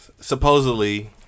supposedly